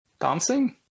Dancing